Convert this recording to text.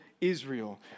Israel